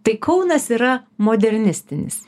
tai kaunas yra modernistinis